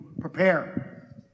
Prepare